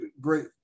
great